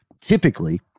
Typically